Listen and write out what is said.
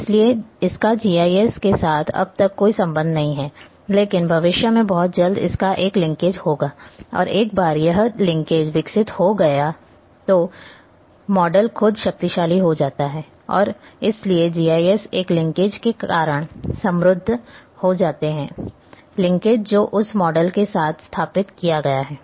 इसका जीआईएस के साथ अब तक कोई संबंध नहीं है लेकिन भविष्य में बहुत जल्द इसका एक लिंकेज होगा और एक बार यह लिंकेज विकसित हो जाए तो मॉडल खुद शक्तिशाली हो जाता है और इसलिए जीआईएस उस लिंकेज के कारण समृद्ध हो जाता है लिंकेज जो उस मॉडल के साथ स्थापित किया गया है